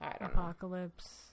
apocalypse